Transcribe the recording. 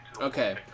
Okay